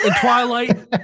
Twilight